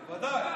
בוודאי.